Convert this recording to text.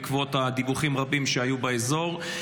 בעקבות דיווחים רבים שהיו באזור.